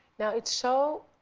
now, it's so